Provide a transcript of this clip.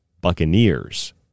Buccaneers